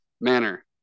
manner